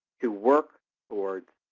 to work towards